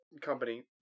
company